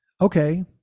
okay